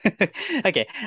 Okay